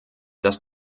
dass